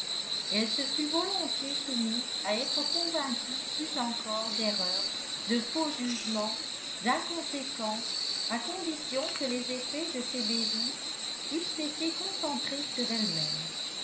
elle se fut volontiers soumise à être convaincue plus encore d'erreur de faux jugement d'inconséquence à condition que les effets de ses bévues eussent été concentrés sur elle-même